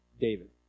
David